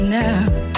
now